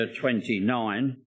29